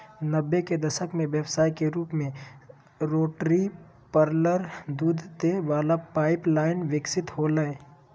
नब्बे के दशक में व्यवसाय के रूप में रोटरी पार्लर दूध दे वला पाइप लाइन विकसित होलय